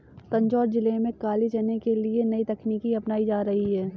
तंजौर जिले में काले चने के लिए नई तकनीकें अपनाई जा रही हैं